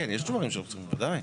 יש תשובות שאנחנו צריכים, בוודאי.